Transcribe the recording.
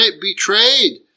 betrayed